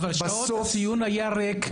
אבל במשך שעות הציון היה ריק,